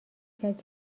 کرد